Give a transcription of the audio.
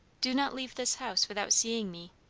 do not leave this house without seeing me.